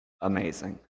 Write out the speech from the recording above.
amazing